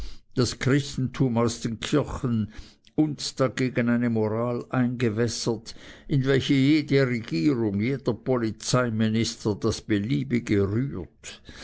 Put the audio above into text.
das christentum aus den kirchen uns dagegen eine moral eingewässert in welche jede regierung jeder polizeiminister das beliebige rührt